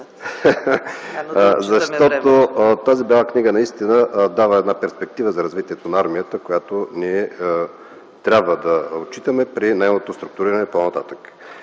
защото тази Бяла книга наистина дава една перспектива за развитието на армията, която ние трябва да отчитаме при нейното структуриране по-нататък.